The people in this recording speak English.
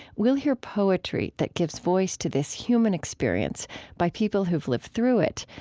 we'll hear poetry that gives voice to this human experience by people who lived through it,